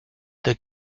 the